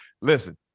listen